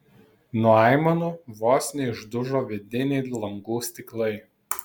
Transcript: nuo aimanų vos neišdužo vidiniai langų stiklai